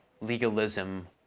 legalism